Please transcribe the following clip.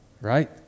right